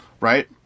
right